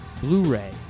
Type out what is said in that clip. Blu-ray